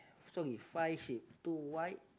so is five ship two white